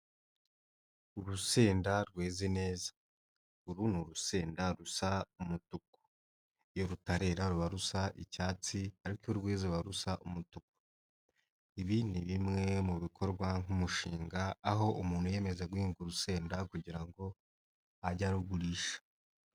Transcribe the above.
Urusenda rweze neza. Uru ni urusenda rusa umutuku. Iyo rutarera ruba rusa icyatsi ariko iyo rweze ruba rusa umutuku. Ibi ni bimwe mu bikorwa nk'umushinga aho umuntu yiyemeza guhinga urusenda kugira ngo ajye arugurisha.